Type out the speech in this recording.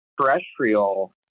terrestrial